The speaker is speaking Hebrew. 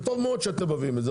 טוב מאוד שאתם מביאים את זה.